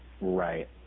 Right